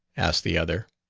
asked the other.